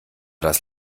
das